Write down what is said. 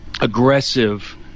aggressive